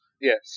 Yes